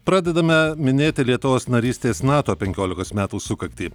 pradedame minėti lietuvos narystės nato penkiolikos metų sukaktį